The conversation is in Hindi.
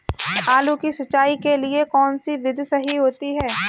आलू की सिंचाई के लिए कौन सी विधि सही होती है?